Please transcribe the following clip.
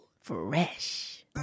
Fresh